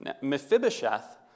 Mephibosheth